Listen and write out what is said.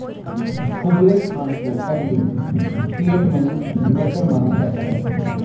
Kublai Khan को पहले fiat money maker माना जाता है